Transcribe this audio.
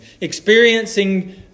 experiencing